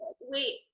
Wait